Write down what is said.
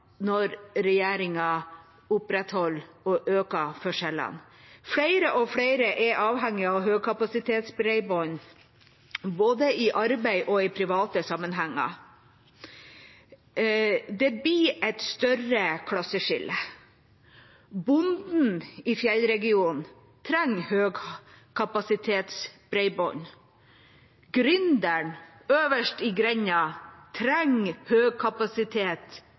når regjeringa opprettholder og øker forskjellene. Flere og flere er avhengig av høykapasitetsbredbånd, både i arbeid og i private sammenhenger. Det blir et større klasseskille. Bonden i Fjellregionen trenger høykapasitetsbredbånd. Gründeren øverst i grenda trenger